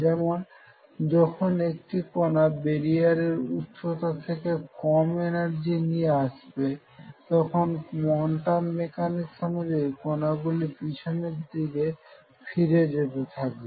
যেমন যখন একটি কণা বেরিয়ার উচ্চতার থেকে কম এনার্জি নিয়ে আসবে তখন কোয়ান্টাম মেকানিক্স অনুযায়ীও কনাগুলিকে পিছন দিকে ফিরে যেতে হবে